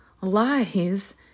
lies